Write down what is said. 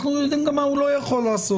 אנחנו גם יודעים מה הוא לא יכול לעשות,